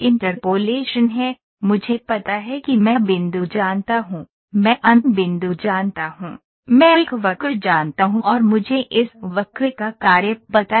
interpolation है मुझे पता है कि मैं बिंदु जानता हूं मैं अंत बिंदु जानता हूं मैं एक वक्र जानता हूं और मुझे इस वक्र का कार्य पता है